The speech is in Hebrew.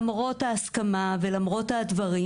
למרות ההסכמה ולמרות הדברים,